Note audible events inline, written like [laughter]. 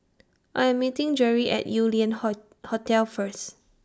I Am meeting Jerri At Yew Lian [unintelligible] Hotel First